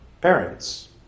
parents